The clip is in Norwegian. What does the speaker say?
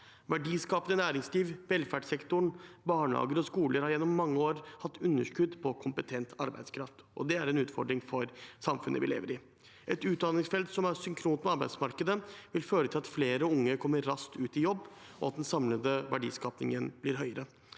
Verdiskapende næringsliv, velferdssektoren, barnehager og skoler har gjennom mange år hatt underskudd på kompetent arbeidskraft, og det er en utfordring for samfunnet vi lever i. Et utdanningsfelt som er synkront med arbeidsmarkedet, vil føre til at flere unge kommer raskt ut i jobb, og at den samlede verdiskapingen blir høyere.